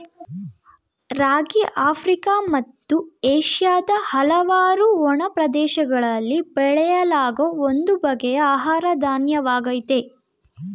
ರಾಗಿ Africa ಮತ್ತು ಏಷ್ಯಾದ ಹಲವಾರು ಒಣ ಪ್ರದೇಶಗಳಲ್ಲಿ ಬೆಳೆಯಲಾಗೋ ಒಂದು ಬಗೆಯ ಆಹಾರ ಧಾನ್ಯವಾಗಯ್ತೆ